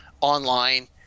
online